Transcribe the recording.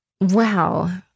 Wow